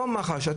לא מח"ש,